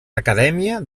acadèmia